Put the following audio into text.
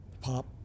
pop